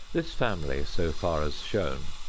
this family, so far as shown,